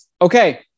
Okay